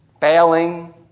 failing